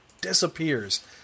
disappears